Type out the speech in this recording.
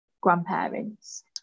grandparents